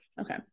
Okay